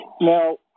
Now